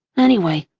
anyway,